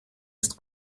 ist